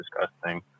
disgusting